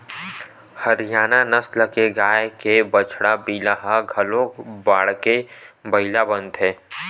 हरियाना नसल के गाय के बछवा पिला ह घलोक बाड़के बइला बनथे